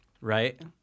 right